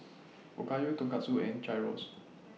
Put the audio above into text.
Okayu Tonkatsu and Gyros